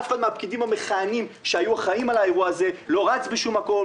אף אחד מהפקידים המכהנים שהיו אחראים על האירוע הזה לא רץ בשום מקום,